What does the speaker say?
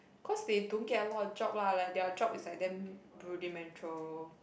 because they don't get a lot of job lah their job is like damn rudimental